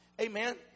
Amen